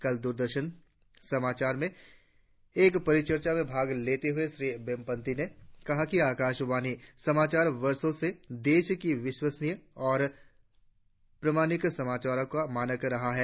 कल दूरदर्शन समाचार में एक परिचर्चा में भाग लेते हुए श्री वेम्पति ने कहा कि आकाशवाणी समाचार वर्षों से देश में विश्वसनीय और प्रमाणीक समाचारों का मानक रहा है